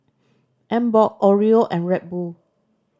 Emborg Oreo and Red Bull